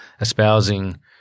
espousing